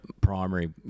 Primary